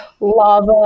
lava